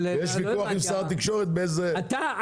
יש ויכוח עם שר התקשורת באיזו